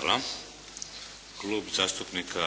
Hvala. Klub zastupnika